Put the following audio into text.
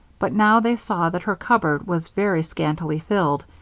but now they saw that her cupboard was very scantily filled,